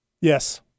yes